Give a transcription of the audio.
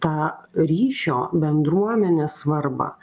tą ryšio bendruomenės svarbą